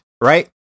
right